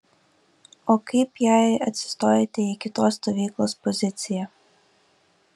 o kaip jei atsistojate į kitos stovyklos poziciją